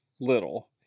little